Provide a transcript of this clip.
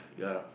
yeah